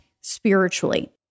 spiritually